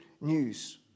news